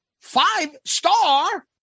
five-star